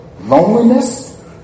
loneliness